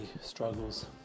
struggles